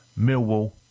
Millwall